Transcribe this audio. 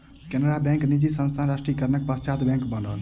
Canara bank निजी संस्थान सॅ राष्ट्रीयकरणक पश्चात बैंक बनल